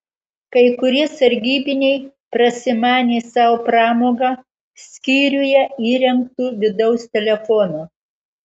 kai kurie sargybiniai prasimanė sau pramogą skyriuje įrengtu vidaus telefonu